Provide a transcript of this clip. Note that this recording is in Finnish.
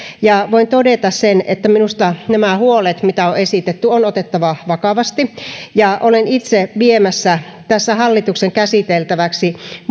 ja voin todeta sen että minusta nämä huolet mitä on esitetty on otettava vakavasti olen itse viemässä tässä hallituksen käsiteltäväksi